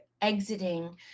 exiting